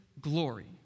glory